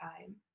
time